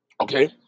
Okay